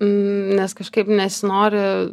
nes kažkaip nesinori